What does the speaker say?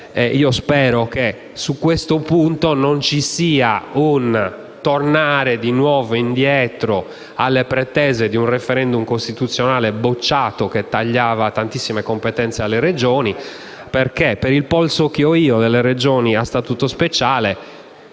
Spero che su questo punto non ci sia un tornare indietro alle pretese di un *referendum* costituzionale bocciato, che tagliava tantissime competenze alle Regioni, perché per il polso che ho nelle Regioni a Statuto speciale,